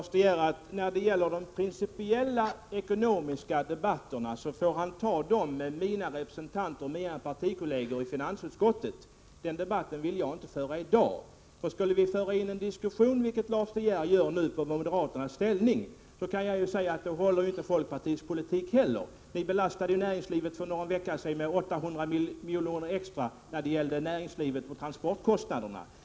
Herr talman! Till Lars De Geer vill jag bara säga att han får föra de principiella ekonomiska debatterna med mina partikolleger i finansutskottet. En sådan debatt vill jag inte föra i dag. Skulle vi ta en diskussion, vilket Lars De Geer nu gör, om moderaternas ställningstaganden kan jag säga att folkpartiets politik inte heller håller. Vi belastade ju för några veckor sedan näringslivet med 800 miljoner extra när det gäller transportkostnaderna.